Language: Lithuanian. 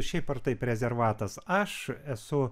šiaip ar taip rezervatas aš esu